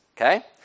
okay